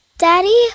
Daddy